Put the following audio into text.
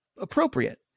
appropriate